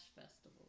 Festival